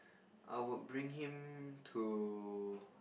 I would bring him to